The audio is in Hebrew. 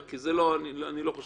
אני אומר